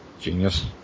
genius